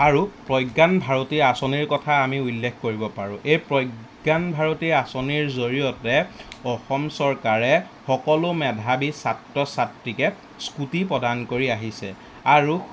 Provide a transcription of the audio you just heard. আৰু প্ৰজ্ঞান ভাৰতীৰ আঁচনিৰ কথা আমি উল্লেখ কৰিব পাৰোঁ এই প্ৰজ্ঞান ভাৰতী আঁচনিৰ জৰিয়তে অসম চৰকাৰে সকলো মেধাৱী ছাত্ৰ ছাত্ৰীকে স্কুটি প্ৰদান কৰি আহিছে আৰু